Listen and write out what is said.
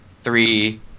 three